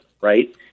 right